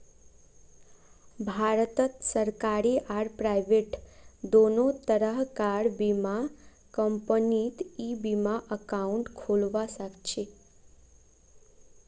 भारतत सरकारी आर प्राइवेट दोनों तरह कार बीमा कंपनीत ई बीमा एकाउंट खोलवा सखछी